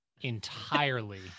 entirely